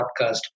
podcast